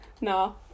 No